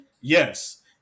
Yes